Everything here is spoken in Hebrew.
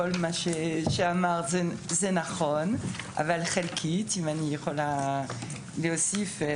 כל מה שאמרה שרית נכון אבל חלקי ואשמח להוסיף.